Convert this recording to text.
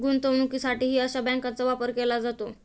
गुंतवणुकीसाठीही अशा बँकांचा वापर केला जातो